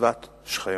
לסביבת שכם.